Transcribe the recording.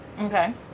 Okay